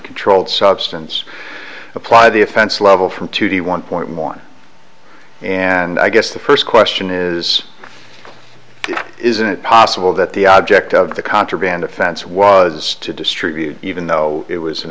controlled substance apply the offense level from two the one point one and i guess the first question is isn't it possible that the object of the contraband offense was to distribute even though it was an